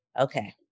Okay